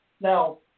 now